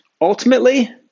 ultimately